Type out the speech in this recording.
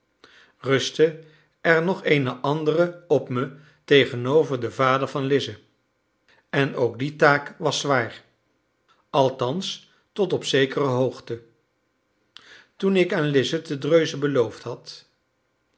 rustte er nog eene andere op me tegenover den vader van lize en ook die taak was zwaar althans tot op zekere hoogte toen ik aan lize te dreuze beloofd had